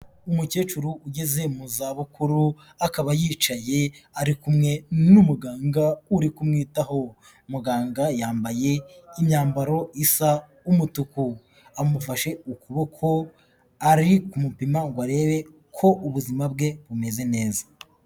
Umukecuru ugeze mu za bukuru akaba yicaye ari kumwe n'umuganga uri kumwitaho, muganga yambaye imyambaro isa umutuku, amufashe ukuboko ari kumupima ngo arebe ko ubuzima bwe bumeze neza.